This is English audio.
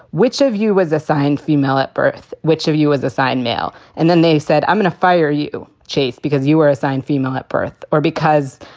which of you was assigned female at birth? which of you is assigned male? and then they said, i'm going to fire you, chase, because you were assigned female at birth or because,